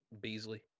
Beasley